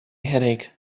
headache